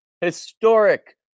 historic